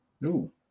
No